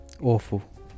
Awful